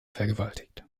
vergewaltigt